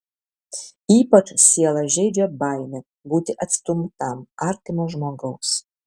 ypač sielą žeidžia baimė būti atstumtam artimo žmogaus